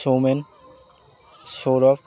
Soumen Sourav